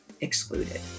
excluded